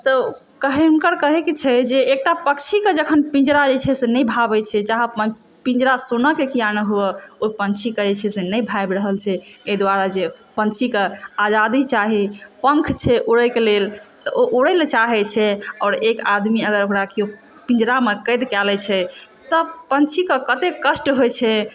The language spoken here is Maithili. तऽ हुनकर कहयके छै जे एकटा पक्षीके जखन पिञ्जराजे छै से नहि भावैत छै चाहय पिञ्जरा सोनाके किआ न होअ ओहि पङ्क्षीकऽ जे छै से नहि भावि रहल छै एहि दुआरे जे पङ्क्षीके आजादी चाही पङ्ख छै उड़यके लेल तऽ ओ उड़य लऽ चाहैत छै आओर एक आदमी अगर ओकरा केओ पिञ्जरामे कैद कय लैत छै तब पङ्क्षीके कतेक कष्ट होयत छै